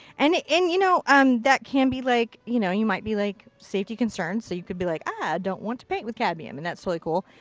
and. and you know, ah um that can be like, you know you might be like safety concerns so you could be like i don't want to paint with cadimum. and that's really cool.